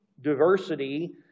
diversity